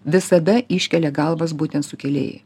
visada iškelia galvas būtent sukėlėjai